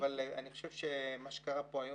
אני חושב שמה שקרה פה היו